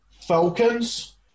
Falcons